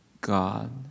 God